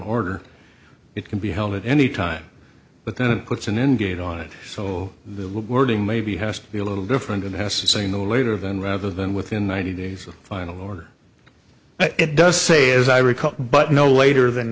order it can be held at any time but then it puts an end date on it so the wording maybe has to be a little different and has to say no later than rather than within ninety days of the final order that it does say as i recall but no later than